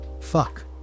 Fuck